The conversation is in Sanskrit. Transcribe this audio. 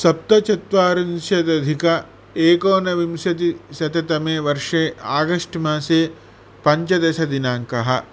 सप्तचत्वारिंशदधिक एकोनविंशतिशततमे वर्षे आगश्ट् मासे पञ्चदशदिनाङ्कः